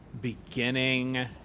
beginning